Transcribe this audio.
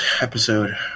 episode